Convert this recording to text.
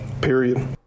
period